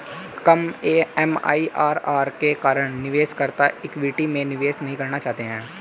कम MIRR के कारण निवेशकर्ता इक्विटी में निवेश नहीं करना चाहते हैं